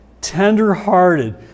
tenderhearted